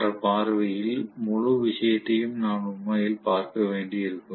என்ற பார்வையில் முழு விஷயத்தையும் நான் உண்மையில் பார்க்க வேண்டியிருக்கும்